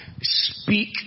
speak